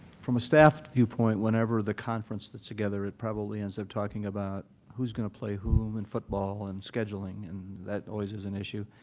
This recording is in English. from a staffed viewpoint, whenever the conference sits together, it probably ends up talking about who's going to play whom in football and scheduling, and that always is an issue.